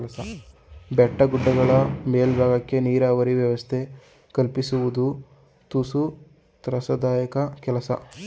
ಬೆಟ್ಟ ಗುಡ್ಡಗಳ ಮೇಲ್ಬಾಗಕ್ಕೆ ನೀರಾವರಿ ವ್ಯವಸ್ಥೆ ಕಲ್ಪಿಸುವುದು ತುಸು ತ್ರಾಸದಾಯಕ ಕೆಲಸ